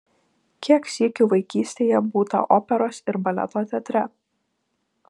kiek sykių vaikystėje būta operos ir baleto teatre